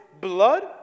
blood